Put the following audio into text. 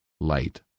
light